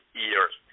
years